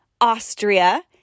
Austria